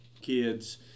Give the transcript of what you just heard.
kids